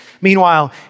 Meanwhile